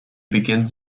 begins